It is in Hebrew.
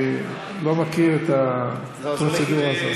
אני לא מכיר את הפרוצדורה הזאת.